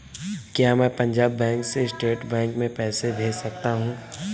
क्या मैं पंजाब बैंक से स्टेट बैंक में पैसे भेज सकता हूँ?